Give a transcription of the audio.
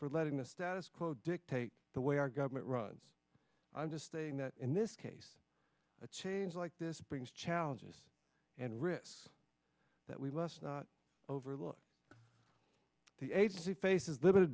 for letting the status quo dictate the way our government runs i'm just saying that in this case a change like this brings challenges and risks that we must not overlook the agency faces limited